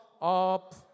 Up